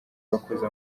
uwakoze